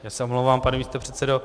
Já se omlouvám, pane místopředsedo.